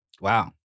Wow